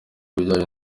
bijyanye